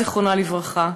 זיכרונה לברכה.